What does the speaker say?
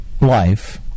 life